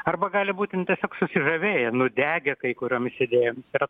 arba gali būti nu tiesiog susižavėję nudegę kai kuriomis idėjomis yra